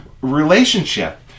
relationship